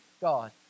God